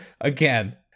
again